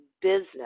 business